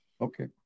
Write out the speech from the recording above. Okay